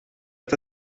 met